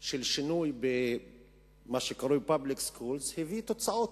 של שינוי במה שקרוי public schools הביא תוצאות,